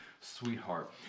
sweetheart